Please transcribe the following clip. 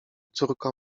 córko